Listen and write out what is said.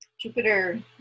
Jupiter